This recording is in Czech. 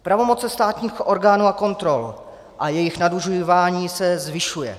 Pravomoce státních orgánů a kontrol a jejich nadužívání se zvyšují.